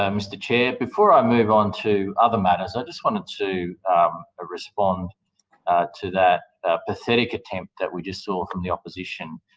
um mr chair. before i move on to other matters, i just wanted to ah respond to that pathetic attempt that we just saw from the opposition